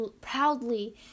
proudly